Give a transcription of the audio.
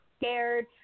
scared